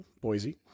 Boise